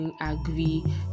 Agree